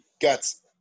Guts